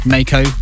Mako